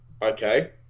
okay